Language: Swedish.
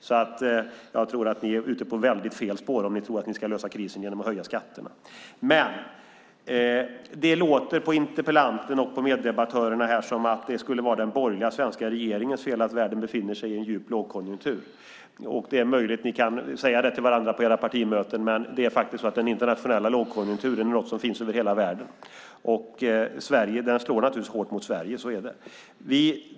Jag tror därför att ni är ute på helt fel spår om ni tror att ni ska lösa krisen genom att höja skatterna. Men det låter på interpellanten och på meddebattören som om det skulle vara den svenska borgerliga regeringens fel att världen befinner sig i en djup lågkonjunktur. Det är möjligt att ni kan säga det till varandra på era partimöten. Men den internationella lågkonjunkturen finns över hela världen. Den slår naturligtvis hårt mot Sverige. Så är det.